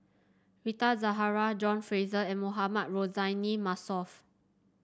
Rita Zahara John Fraser and Mohamed Rozani Maarof